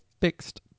fixed